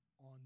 on